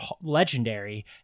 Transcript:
legendary